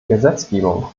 gesetzgebung